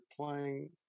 playing